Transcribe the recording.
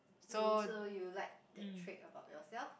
mm so you like that trait about yourself